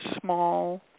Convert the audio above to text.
small